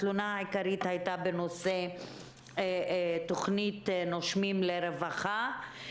התלונה העיקרית היתה בנושא תוכנית "נושמים לרווחה".